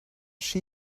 she